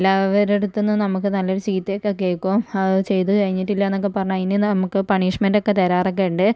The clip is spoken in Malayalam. എല്ലാവരുടെ അടുത്തുനിന്നും നമുക്ക് നല്ലൊരു ചീത്തയൊക്കെ കേൾക്കും ചെയ്തു കഴിഞ്ഞിട്ടില്ലായെന്നൊക്കെ പറഞ്ഞു അതിന് നമുക്ക് പണിഷ്മെൻറ്റൊക്കെ തരാറൊക്കെ ഉണ്ട്